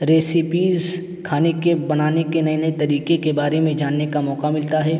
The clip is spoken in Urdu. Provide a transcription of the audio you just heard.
ریسپیز کھانے کے بنانے کے ںئے نئے طریقے کے بارے میں جاننے کا موقع ملتا ہے